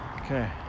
Okay